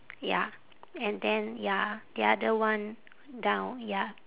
ya and then ya the other one down ya